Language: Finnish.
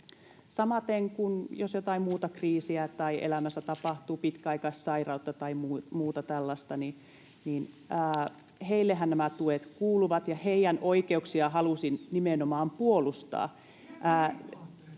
Samaten jos jotain muuta kriisiä elämässä tapahtuu, pitkäaikaissairautta tai muuta tällaista, niin heillehän nämä tuet kuuluvat, ja heidän oikeuksiaan halusin nimenomaan puolustaa.